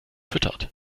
füttert